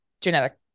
genetic